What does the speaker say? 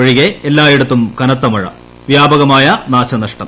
ഒഴികെ എല്ലായിടത്തും കനത്ത മഴ വ്യാപകമായ നാശനഷ്ടം